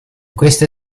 queste